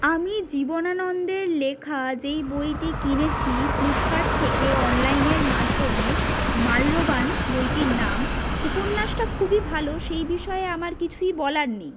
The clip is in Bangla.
আমি জীবনানন্দের লেখা যেই বইটি কিনেছি ফ্লিপকার্ট থেকে অনলাইনের মাধ্যমে মাল্যবান বইটির নাম উপন্যাসটা খুবই ভালো সেই বিষয়ে আমার কিছুই বলার নেই